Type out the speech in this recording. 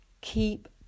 keep